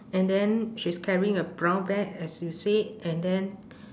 and then she is carrying a brown bag as you said and then